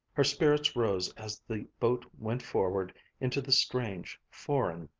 her spirits rose as the boat went forward into the strange, foreign,